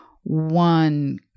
one